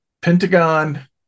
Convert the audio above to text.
Pentagon